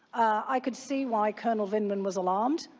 i could see why colonel vindman was alarmed.